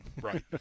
Right